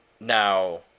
now